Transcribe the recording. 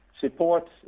support